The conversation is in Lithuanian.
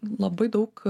labai daug